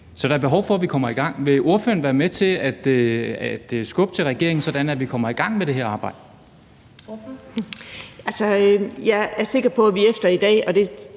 Så der er behov for, at vi kommer i gang. Vil ordføreren være med til skubbe til regeringen, sådan at vi kommer i gang med det her arbejde? Kl. 15:01 Fjerde næstformand